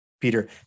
Peter